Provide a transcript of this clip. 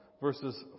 verses